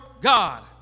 God